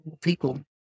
people